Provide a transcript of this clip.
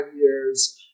years